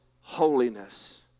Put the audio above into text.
holiness